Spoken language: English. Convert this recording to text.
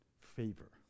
favor